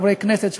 חברי הכנסת,